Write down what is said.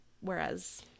whereas